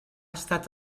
estat